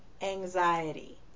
anxiety